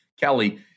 Kelly